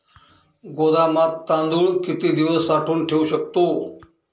गोदामात तांदूळ किती दिवस साठवून ठेवू शकतो?